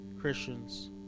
Christians